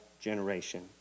generation